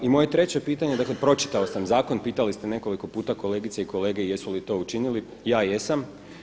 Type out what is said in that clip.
I moje treće pitanje, dakle pročitao sam zakon, pitali ste nekoliko puta kolegice i kolege jesu li to učinili, ja jesam.